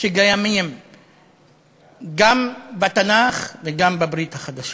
שקיימים גם בתנ"ך וגם בברית החדשה,